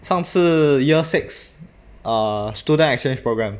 上次 year six uh student exchange programme